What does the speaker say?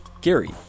Gary